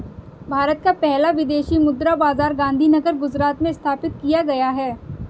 भारत का पहला विदेशी मुद्रा बाजार गांधीनगर गुजरात में स्थापित किया गया है